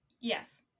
Yes